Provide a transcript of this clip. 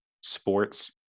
sports